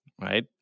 Right